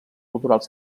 culturals